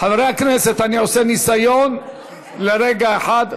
חברי הכנסת, אני עושה ניסיון לרגע אחד,